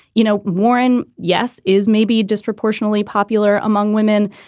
you know? warren, yes. is maybe disproportionately popular among women,